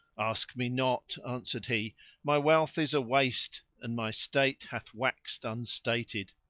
ask me not, answered he my wealth is awaste and my state hath waxed unstated!